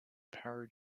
power